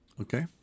okay